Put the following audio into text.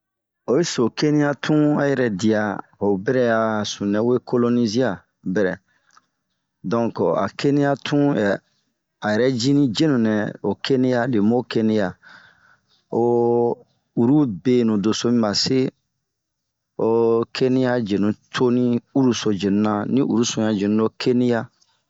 Oyi so Keniya tun dia ho berɛ a sununɛ wo kolinizia bɛrɛ ,donke ho kɛniya tun a hoyɛrɛ yi ho yidi yenu niɛɛ li kɛniya, le mo kɛniya, ohh uru benu nɛ mi base ,ro kɛniya yenu coma din uru so yenu. Din uruso yenu ɲan Kɛniya.